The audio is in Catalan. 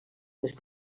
més